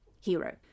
hero